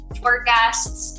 forecasts